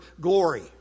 glory